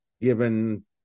given